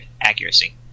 accuracy